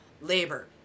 labor